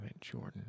Jordan